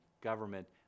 government